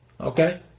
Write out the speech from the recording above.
Okay